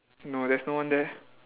no there's no one there